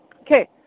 Okay